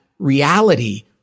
reality